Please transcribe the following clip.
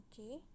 Okay